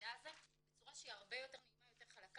המידע הזה בצורה שהיא הרבה יותר נעימה וחלקה,